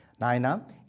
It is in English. Naina